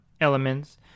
elements